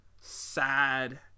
sad